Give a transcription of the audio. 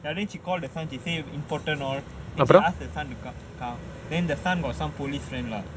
ya then she call the son she say important all and she ask the son to come and the son got some police friend lah